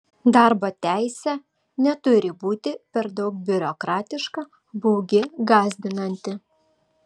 darbo teisė neturi būti per daug biurokratiška baugi gąsdinanti